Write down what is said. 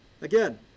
Again